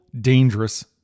dangerous